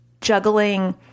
Juggling